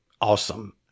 awesome